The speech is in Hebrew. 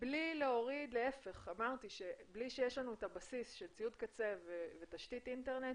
עם זאת אמרתי שבלי שיש את הבסיס של ציוד קצה ותשתית אינטרנט,